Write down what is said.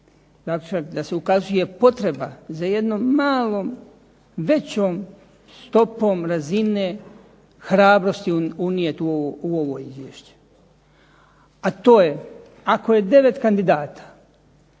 da se ukazuje potreba za jednom malo većom stopom razine hrabrosti unijeti u ovo izvješće, a to je ako je 9 kandidata